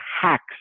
hacks